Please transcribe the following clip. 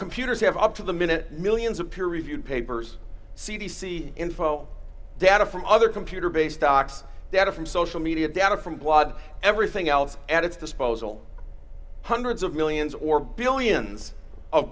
computers have up to the minute millions of peer reviewed papers c d c info data from other computer based docs data from social media data from blood everything else at its disposal hundreds of millions or billions of